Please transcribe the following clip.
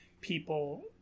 people